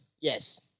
yes